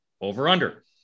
over-under